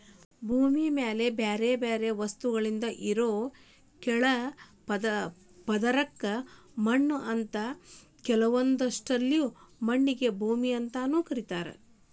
ಭೂಮಿ ಮ್ಯಾಲೆ ಬ್ಯಾರ್ಬ್ಯಾರೇ ವಸ್ತುಗಳಿಂದ ಇರೋ ತೆಳ್ಳನ ಪದರಕ್ಕ ಮಣ್ಣು ಅಂತಾರ ಕೆಲವೊಂದ್ಸಲ ಮಣ್ಣಿಗೆ ಭೂಮಿ ಅಂತಾನೂ ಕರೇತಾರ